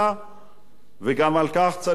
וגם על כך צריך לתת את הדעת.